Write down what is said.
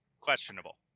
Questionable